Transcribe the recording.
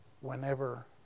whenever